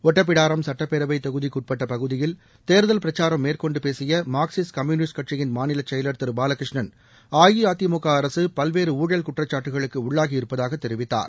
ஒட்டப்பிடாரம் சுட்டப்பேரவை தொகுதிப்பட்ட பகுதியில் தேர்தல் பிரச்சாரம் மேற்கொண்டு பேசிய மார்க்சிஸ்ட் கம்யூனிஸ்ட் கட்சியின் மாநிலச் செயலர் திரு பாலகிருஷ்ணன் அஇஅதிமுக அரசு பல்வேறு ஊழல் குற்றச்சாட்டுகளுக்கு உள்ளாகி இருப்பதாக தெரிவித்தார்